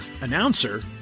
Announcer